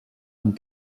amb